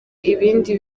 ibindi